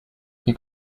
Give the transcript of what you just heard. you